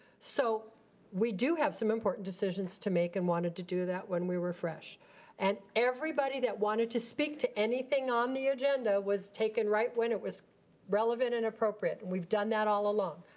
so we do have some important decisions to make and wanted to do that when we were fresh and everybody that wanted to speak to anything on the agenda, was taken right when it was relevant and appropriate. we've done that all along.